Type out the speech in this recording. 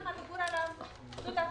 לבעלי העסקים שפשוט סובלים ופשטו רגל.